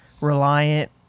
reliant